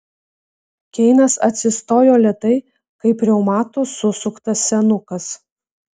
keinas atsistojo lėtai kaip reumato susuktas senukas